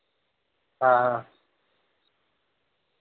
हां